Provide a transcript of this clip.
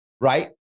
right